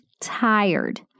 tired